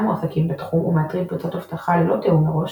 מועסקים בתחום ומאתרים פרצות אבטחה ללא תיאום מראש,